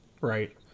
Right